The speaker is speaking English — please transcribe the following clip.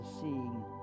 seeing